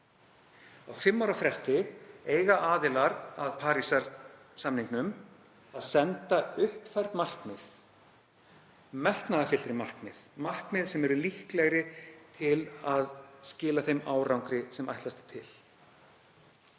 Á fimm ára fresti eiga aðilar að Parísarsamningnum að senda uppfærð markmið, metnaðarfyllri markmið sem eru líklegri til að skila þeim árangri sem ætlast er til.